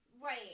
Right